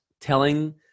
telling